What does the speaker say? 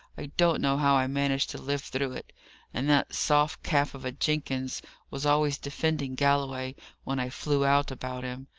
i don't know how i managed to live through it and that soft calf of a jenkins was always defending galloway when i flew out about him.